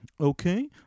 Okay